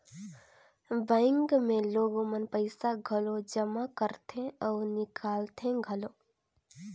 bank मे लोग मन पइसा घलो जमा करथे अउ निकालथें घलो